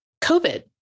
COVID